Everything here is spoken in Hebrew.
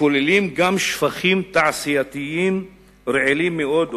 ויש בהם גם שפכים תעשייתיים רעילים מאוד,